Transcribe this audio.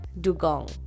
Dugong